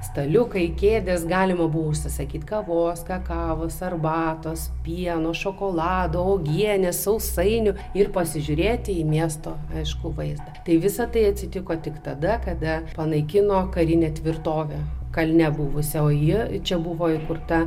staliukai kėdės galima buvo užsisakyt kavos kakavos arbatos pieno šokolado uogienės sausainių ir pasižiūrėti į miesto aiškų vaizdą tai visa tai atsitiko tik tada kada panaikino karinę tvirtovę kalne buvosioje o ją čia buvo įkurta